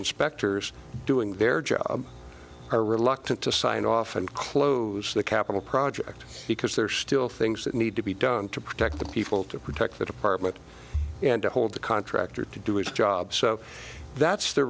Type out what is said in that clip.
inspectors doing their job are reluctant to sign off and close the capital project because there are still things that need to be done to protect the people to protect the department and to hold the contractor to do its job so that's the